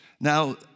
Now